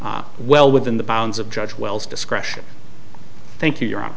well within the bounds of judge wells discretion thank you your hon